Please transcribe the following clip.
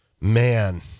Man